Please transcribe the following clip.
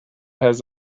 has